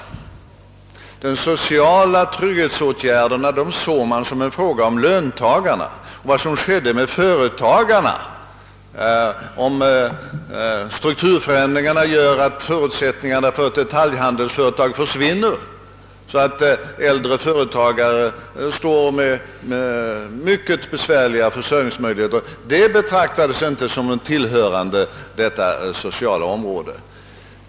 De sociala trygghetsåtgärderna såg man som en fråga om löntagarna. Vad som skedde med en företagare, som kanske fick stora försörjningsproblem om strukturförändringarna medförde att förutsättningarna för hans företag försvann — jag kan som exempel ta en detaljhandel — betraktades inte som tillhörande detta sociala område.